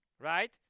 right